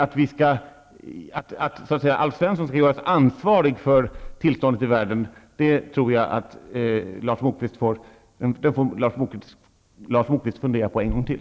Tanken att Alf Svensson skall göras ansvarig för tillståndet i världen får Lars Moquist fundera över en gång till.